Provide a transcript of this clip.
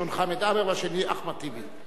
הראשון חמד עמאר והשני אחמד טיבי.